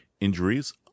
Injuries